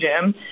gym